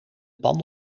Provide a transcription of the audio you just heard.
pan